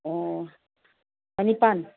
ꯑꯣ ꯆꯅꯤꯄꯥꯟ